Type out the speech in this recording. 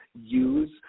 use